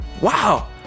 Wow